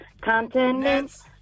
continents